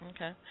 Okay